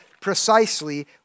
precisely